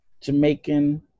Jamaican